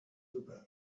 hookah